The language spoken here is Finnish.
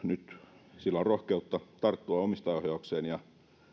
nyt on rohkeutta tarttua omistajaohjaukseen ja